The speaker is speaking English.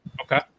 Okay